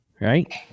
Right